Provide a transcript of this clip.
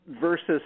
versus